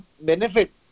benefit